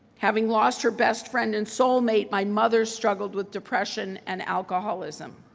having lost her best friend and soul mate, my mother struggled with depression and alcoholism.